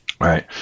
Right